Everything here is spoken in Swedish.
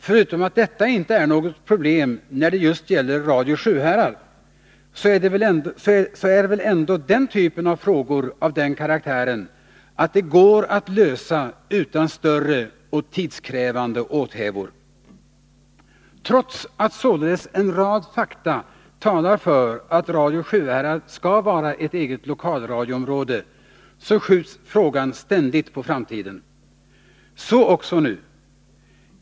Förutom att detta inte är något problem, när det just gäller Radio Sjuhärad, så är väl ändå den typen av frågor av den karaktären att de går att lösa utan större och tidskrävande åthävor. Trots att således en rad fakta talar för att Radio Sjuhärad skall vara ett eget lokalradioområde, skjuts frågan ständigt på framtiden. Så också nu.